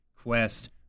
quest